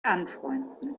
anfreunden